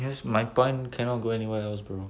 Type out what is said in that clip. because my point cannot go anywhere else bro